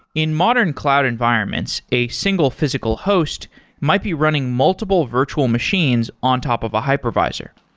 in modern cloud environments, a single physical host might be running multiple virtual machines on top of a hypervisor.